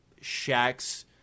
shacks